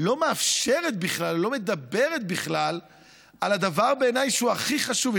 לא מדברת בכלל על הדבר שבעיניי הוא הכי חשוב.